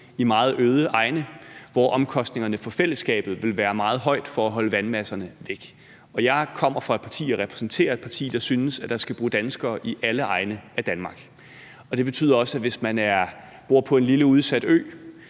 i meget øde egne, hvor omkostningerne for at holde vandmasserne væk vil være meget høje for fællesskabet. Jeg kommer fra et parti og repræsenterer et parti, der synes, at der skal bo danskere i alle egne af Danmark. Det betyder også, at hvis vi taler om en lille udsat ø,